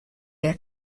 their